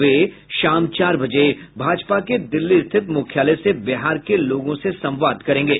वे शाम चार बजे भाजपा के दिल्ली स्थित मुख्यालय से बिहार के लोगों से संवाद करेंगे